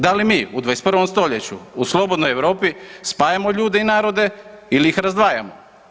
Da li mi u 21. stoljeću u slobodnoj Europi spajamo ljude i narode ili razdvajamo?